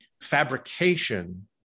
fabrication